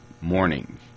morning